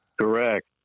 Correct